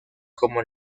como